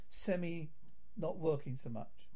semi-not-working-so-much